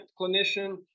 clinician